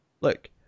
Look